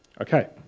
Okay